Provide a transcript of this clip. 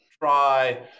try